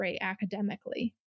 academically